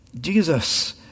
Jesus